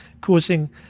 causing